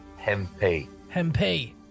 Hempy